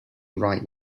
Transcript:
right